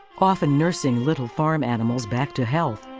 often nursing little farm animals back to health.